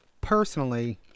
personally